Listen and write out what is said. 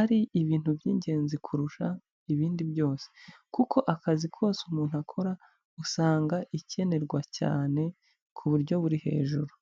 ari ibintu by'ingenzi kurusha ibindi byose, kuko akazi kose umuntu akora usanga ikenerwa cyane ku buryo buri hejuru.